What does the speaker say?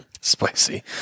Spicy